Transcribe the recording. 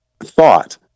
thought